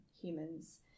humans